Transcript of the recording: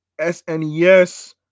snes